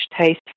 taste